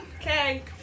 okay